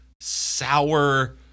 sour